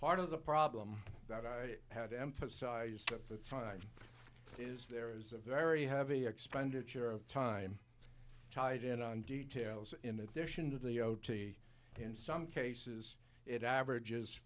part of the problem that i had emphasized at the time is there is a very heavy expenditure of time tied in on details in addition to the o t in some cases it averages